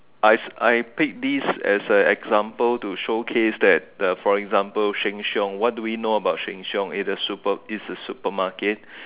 I I picked this as a example to showcase that for example for Sheng-Siong what do we know about Sheng-Siong it is super it's a supermarket